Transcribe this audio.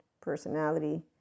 personality